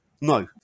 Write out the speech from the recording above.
No